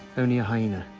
only a hyena.